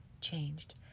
changed